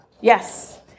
Yes